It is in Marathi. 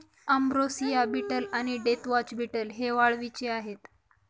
अंब्रोसिया बीटल आणि डेथवॉच बीटल हे वाळवीचे आहेत